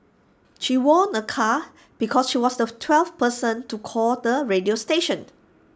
she won A car because she was the twelfth person to call the radio station